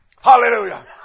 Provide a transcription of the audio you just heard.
Hallelujah